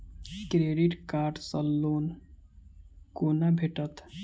Credit card सँ loan कोना भेटत?